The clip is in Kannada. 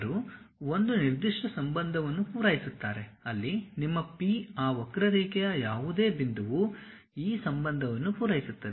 ಅವರು ಒಂದು ನಿರ್ದಿಷ್ಟ ಸಂಬಂಧವನ್ನು ಪೂರೈಸುತ್ತಾರೆ ಅಲ್ಲಿ ನಿಮ್ಮ P ಆ ವಕ್ರರೇಖೆಯ ಯಾವುದೇ ಬಿಂದುವು ಈ ಸಂಬಂಧವನ್ನು ಪೂರೈಸುತ್ತದೆ